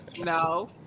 No